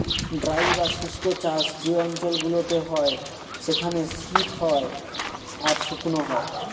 dry বা শুস্ক চাষ যে অঞ্চল গুলোতে হয় সেখানে শীত হয় আর শুকনো হয়